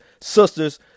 sisters